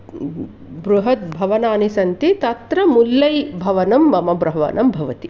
बृहद्भवनानि सन्ति तत्र मुल्लै भवनं मम भवनं भवति